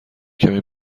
کمی